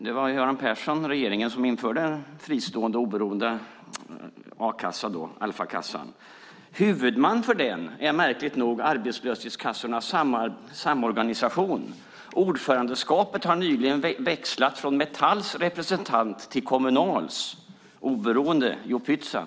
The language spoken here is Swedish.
Det var Göran Persson-regeringen som införde en fristående och oberoende a-kassa, Alfa-kassan. Huvudman för den är märkligt nog Arbetslöshetskassornas samorganisation. Ordförandeskapet har nyligen växlat från Metalls representant till Kommunals. Oberoende - jo, pyttsan!